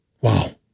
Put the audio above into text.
Wow